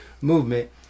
movement